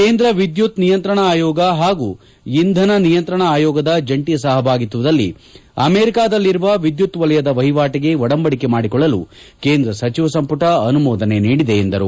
ಕೇಂದ್ರ ವಿದ್ಯುತ್ ನಿಯಂತ್ರಣ ಆಯೋಗ ಹಾಗೂ ಇಂಧನ ನಿಯಂತ್ರಣ ಆಯೋಗದ ಜಂಟಿ ಸಹಭಾಗಿತ್ವದಲ್ಲಿ ಅಮೆರಿಕಾದಲ್ಲಿರುವ ವಿದ್ಯುತ್ ವಲಯದ ವಹಿವಾಟಿಗೆ ಒಡಂಬಡಿಕೆ ಮಾಡಿಕೊಳ್ಳಲು ಕೇಂದ್ರ ಸಚಿವ ಸಂಮಟ ಅನುಮೋದನೆ ನೀಡಿದೆ ಎಂದರು